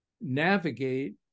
navigate